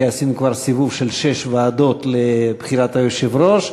כי עשינו כבר סיבוב של שש ועדות לבחירת היושב-ראש,